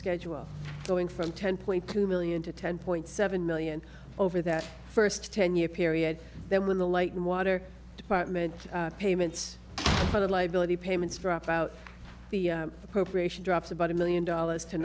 schedule going from ten point two million to ten point seven million over that first ten year period then when the light water department payments for the liability payments drop out the appropriation drops about a million dollars to